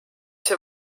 see